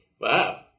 Wow